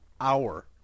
hour